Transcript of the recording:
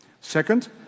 second